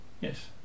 yes